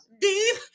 Deep